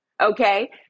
Okay